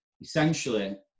essentially